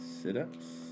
sit-ups